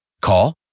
Call